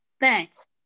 Thanks